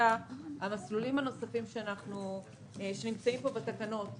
כרגע המסלולים הנוספים שנמצאים בתקנות,